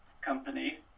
company